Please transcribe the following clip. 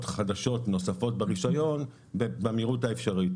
חדשות נוספות ברישיון במהירות האפשרית.